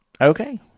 okay